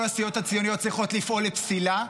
כל הסיעות הציוניות צריכות לפעול לפסילה,